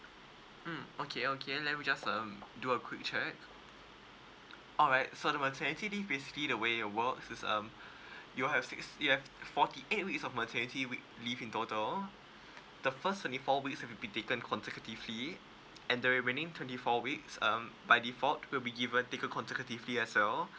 mm okay okay let me just um do a quick check alright so the maternity leave basically the way it works um you have six you have forty eight weeks of maternity week leave in total the first twenty four weeks will be taken consecutively and the remaining twenty four weeks um by default will be given taken consecutively as well